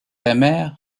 amer